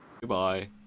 Goodbye